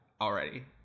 already